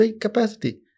capacity